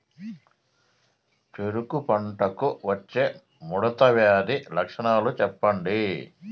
చెరుకు పంటకు వచ్చే ముడత వ్యాధి లక్షణాలు చెప్పండి?